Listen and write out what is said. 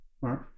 right